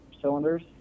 cylinders